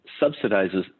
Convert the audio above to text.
subsidizes